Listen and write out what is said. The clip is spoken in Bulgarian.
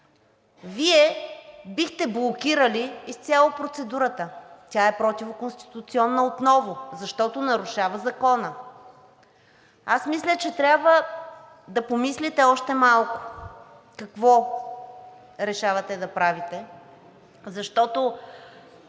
Вие бихте блокирали изцяло процедурата! Тя е противоконституционна отново, защото нарушава закона. Аз мисля, че трябва да помислите още малко какво решавате да правите, защото